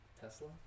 tesla